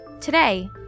Today